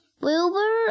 Wilbur